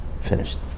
Finished